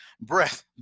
breath